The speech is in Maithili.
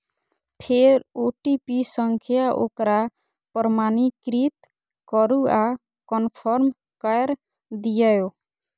फेर ओ.टी.पी सं ओकरा प्रमाणीकृत करू आ कंफर्म कैर दियौ